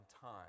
time